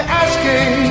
asking